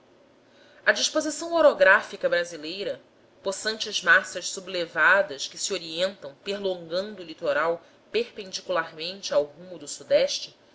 a disposição orográfica brasileira possantes massas sublevadas que se orientam perlongando o litoral perpendicularmente ao rumo do